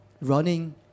running